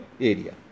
area